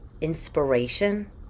inspiration